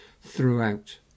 throughout